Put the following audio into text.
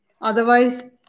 Otherwise